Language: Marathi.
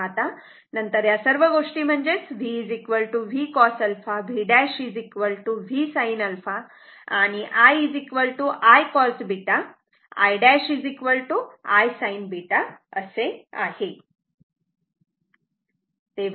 तेव्हा आता नंतर या सर्व गोष्टी म्हणजेच V V cos α V' V sin α आणि I I cos β I' I sin β असे आहे